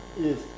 yes